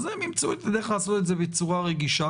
אז הם ימצאו את הדרך לעשות את זה בצורה רגישה.